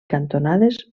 cantonades